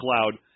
cloud